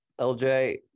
LJ